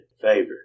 favor